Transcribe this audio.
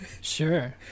Sure